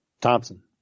Thompson